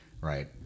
right